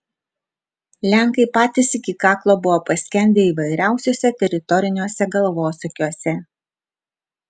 lenkai patys iki kaklo buvo paskendę įvairiausiuose teritoriniuose galvosūkiuose